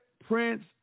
Prince